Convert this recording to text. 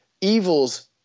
Evil's